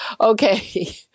okay